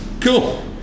Cool